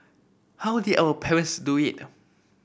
how did our parents do it